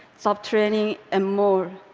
job training, and more.